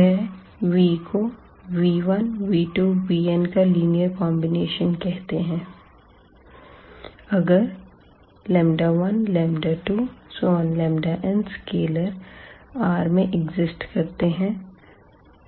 यह v को v1v2vn का लीनियर कॉन्बिनेशन कहते है अगर 12n स्केलर R में एक्सिस्ट करते है